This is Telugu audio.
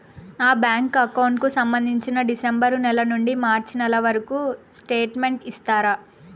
నా బ్యాంకు అకౌంట్ కు సంబంధించి డిసెంబరు నెల నుండి మార్చి నెలవరకు స్టేట్మెంట్ ఇస్తారా?